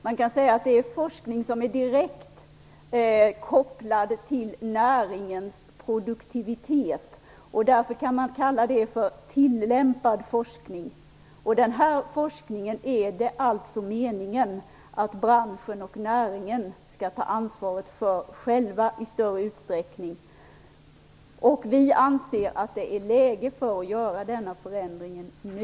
Man kan säga att det gäller forskning som är direkt kopplad till näringens produktivitet. Därför kan man tala om tilllämpad forskning. Denna forskning är det alltså meningen att branschen och näringen själva i större utsträckning skall ta ansvar för. Vi anser att det är läge att göra denna förändring nu.